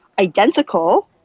identical